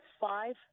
five